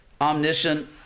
omniscient